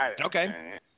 Okay